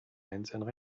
einzelnen